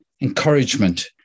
encouragement